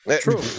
True